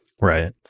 Right